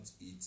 eat